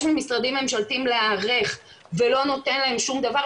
ממשרדים ממשלתיים להיערך ולא נותן להם שום דבר,